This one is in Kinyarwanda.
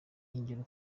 ingero